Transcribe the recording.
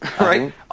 right